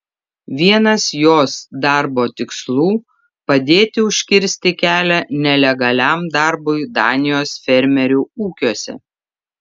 vienas jos darbo tikslų padėti užkirsti kelią nelegaliam darbui danijos fermerių ūkiuose